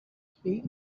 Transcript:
speak